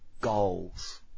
goals